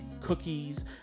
cookies